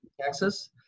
texas